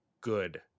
good